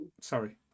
Sorry